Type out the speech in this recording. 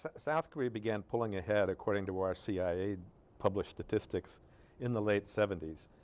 south korea began pulling ahead according to our c i a published statistics in the late seventies